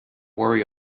worry